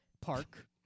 Park